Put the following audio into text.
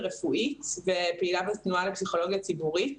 אני פסיכולוגית חינוכית ורפואית ופעילה בתנועה לפסיכולוגיה ציבורית.